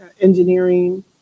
engineering